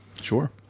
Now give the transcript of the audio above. Sure